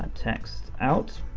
text out.